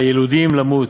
הילודים למות,